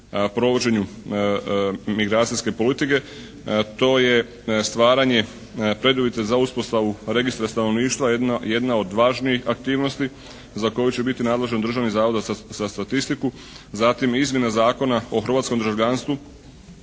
provođenju migracijske politike. To je stvaranje preduvjeta za uspostavu Registra stanovništva, jedna od važnijih aktivnosti za koju će biti nadležan Državni zavod za statistiku. Zatim izmjena Zakona o hrvatskom državljanstvu,